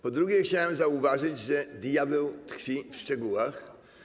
Po drugie, chciałem zauważyć, że diabeł tkwi w szczegółach.